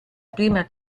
prima